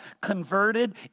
converted